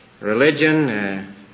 Religion